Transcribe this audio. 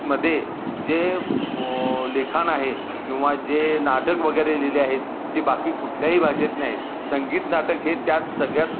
मध्ये जे ब लेखाण आहे किंवा जे नाटक वगैरे लिहिले आहेत ते बाकी कुठल्याही भाषेत नाहीत संगीत नाटक हे त्यात सगळ्यात